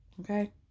Okay